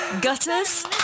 Gutters